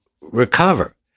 recover